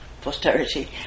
posterity